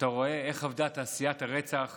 אתה רואה איך עבדה תעשיית הרצח